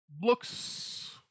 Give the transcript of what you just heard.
Looks